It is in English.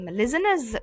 listeners